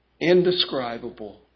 indescribable